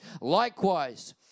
Likewise